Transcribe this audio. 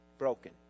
broken